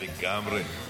לגמרי.